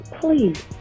please